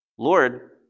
Lord